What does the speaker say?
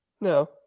no